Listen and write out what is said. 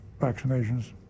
Vaccinations